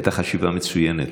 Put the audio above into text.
שהייתה חשיבה מצוינת.